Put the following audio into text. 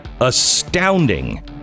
astounding